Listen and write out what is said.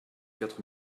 quatre